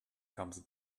comes